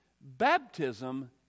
baptism